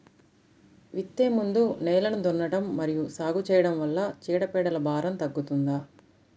విత్తే ముందు నేలను దున్నడం మరియు సాగు చేయడం వల్ల చీడపీడల భారం తగ్గుతుందా?